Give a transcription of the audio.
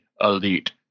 elite